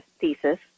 thesis